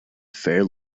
fair